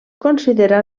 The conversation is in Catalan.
considera